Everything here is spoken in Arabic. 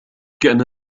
كان